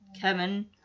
Kevin